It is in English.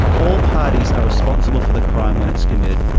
all parties are responsible for the crime when it's committed,